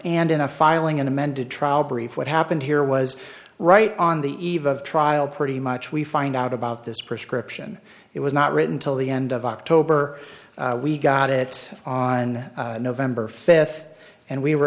and in a filing an amended trial brief what happened here was right on the eve of trial pretty much we find out about this prescription it was not written till the end of october we got it on november fifth and we were